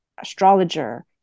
astrologer